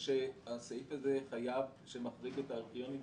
ובלבד שהפרת הזכות הייתה שלא למטרה עסקית